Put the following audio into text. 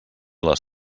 les